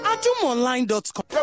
Adumonline.com